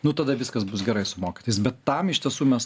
nu tada viskas bus gerai su mokytojais bet tam iš tiesų mes